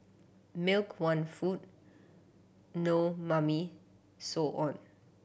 milk want food no Mummy so on